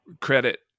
credit